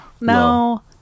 no